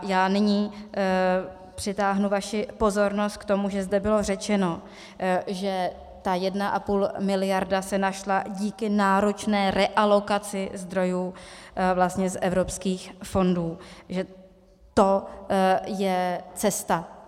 Já nyní přitáhnu vaši pozornost k tomu, že zde bylo řečeno, že ta 1,5 miliardy se našla díky náročné realokaci zdrojů vlastně z evropských fondů, že to je cesta.